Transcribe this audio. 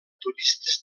turistes